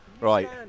Right